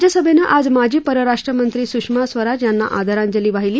राज्यसभेनं आज माजी परराष्ट्र मंत्री सुषमा स्वराज यांना आदरांजली वाहिली